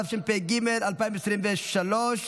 התשפ"ג 2023,